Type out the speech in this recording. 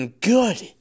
good